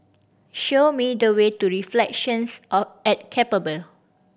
show me the way to Reflections at Keppel Bay